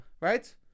Right